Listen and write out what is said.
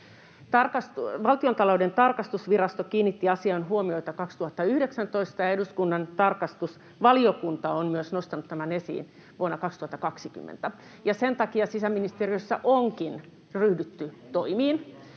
Valtiontalouden tarkastusvirasto kiinnitti asiaan huomiota 2019, ja eduskunnan tarkastusvaliokunta on myös nostanut tämän esiin vuonna 2020. Sen takia sisäministeriössä onkin ryhdytty toimiin.